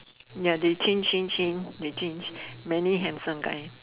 ya they change change change they change many handsome guys